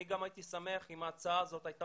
אני גם הייתי שמח אם ההצעה הזאת הייתה